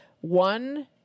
one